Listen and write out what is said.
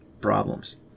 Problems